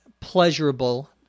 pleasurable